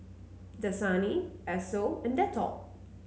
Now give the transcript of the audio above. Dasani Esso and Dettol